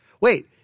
Wait